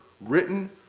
written